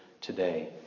today